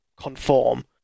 conform